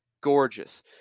gorgeous